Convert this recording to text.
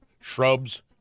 shrubs